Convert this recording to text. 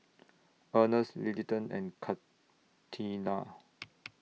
Ernest Littleton and Contina